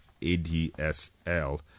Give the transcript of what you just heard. ADSL